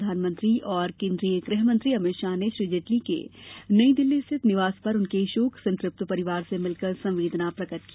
प्रधानमंत्री और केन्द्रीय गृहमंत्री अमित शाह ने श्री जेटली के नई दिल्ली स्थित निवास पर उनके शोक संतृप्त परिजनों से मिलकर संवेदना प्रकट की